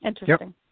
interesting